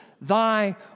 thy